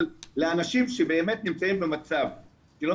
אבל לאנשים שבאמת נמצאים במצב שלא